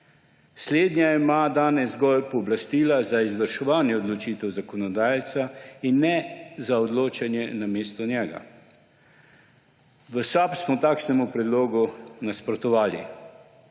Slednja ima danes zgolj pooblastila za izvrševanje odločitev zakonodajalca in ne za odločanje namesto njega. V SAB smo takšnemu predlogu nasprotovali.